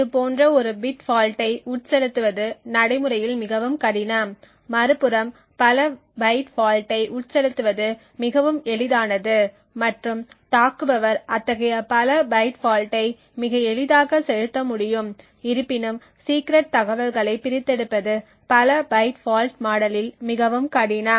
இதுபோன்ற ஒரு பிட் ஃபால்ட்டை உட்செலுத்துவது நடைமுறையில் மிகவும் கடினம் மறுபுறம் பல பைட் ஃபால்ட்டை உட்செலுத்துவது மிகவும் எளிதானது மற்றும் தாக்குபவர் அத்தகைய பல பைட் ஃபால்ட்டை மிக எளிதாக செலுத்த முடியும் இருப்பினும் சீக்ரெட் தகவல்களை பிரித்தெடுப்பது பல பைட் ஃபால்ட் மாடலில் மிகவும் கடினம்